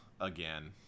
again